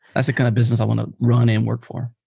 that's a kind of business i want to run and work for.